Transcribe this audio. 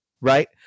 right